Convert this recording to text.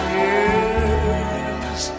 yes